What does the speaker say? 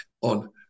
on